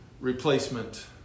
replacement